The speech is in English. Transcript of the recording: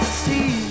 see